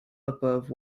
above